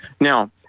Now